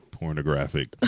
pornographic